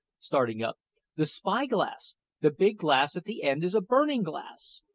starting up the spy-glass the big glass at the end is a burning-glass!